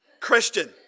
Christian